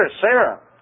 Sarah